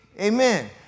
amen